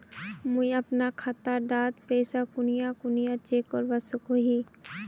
मुई अपना खाता डात पैसा कुनियाँ कुनियाँ चेक करवा सकोहो ही?